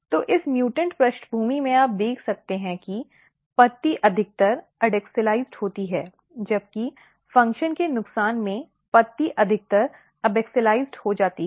तो इस म्यूटेंट पृष्ठभूमि में आप देख सकते हैं कि पत्ती अधिकतर एडैक्सियलिजॅड होती है जबकि फंक्शन के नुकसान में पत्ती अधिकतर एबाक्सिअलिजॅड हो जाती है